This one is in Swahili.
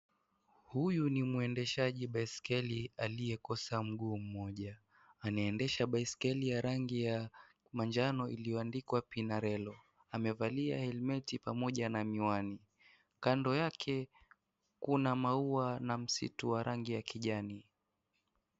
Huyu ni mwendeshaji baiskeli aliyekosa mguu mmoja, anaendesha baiskeli ya rangi ya, manjano iliyoandikwa (cs)Pinarelo(cs), amevalia helmeti pamoja na miwani, kando yake, kuna maua na msitu wa rangi ya kijani.